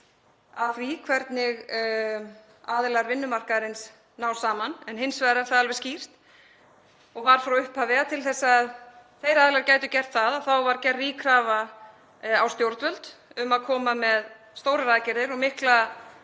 að því hvernig aðilar vinnumarkaðarins ná saman. Hins vegar er það alveg skýrt og var frá upphafi að til þess að þeir aðilar gætu gert það var gerð rík krafa á stjórnvöld um að koma með stórar aðgerðir og mikla